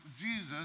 Jesus